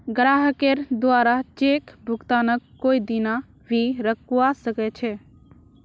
ग्राहकेर द्वारे चेक भुगतानक कोई दीना भी रोकवा सख छ